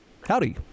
Howdy